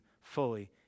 fully